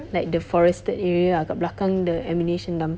like the forested area lah dekat belakang the ammunition dump